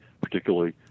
particularly